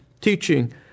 teaching